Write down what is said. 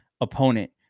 opponent